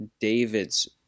David's